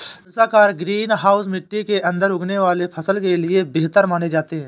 धनुषाकार greenhouse मिट्टी के अंदर उगने वाले फसल के लिए बेहतर माने जाते हैं